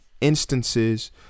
instances